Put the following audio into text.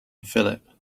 phillip